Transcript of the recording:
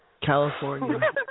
California